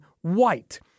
white